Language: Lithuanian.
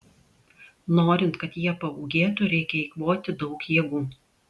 norint kad jie paūgėtų reikia eikvoti daug jėgų